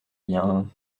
bien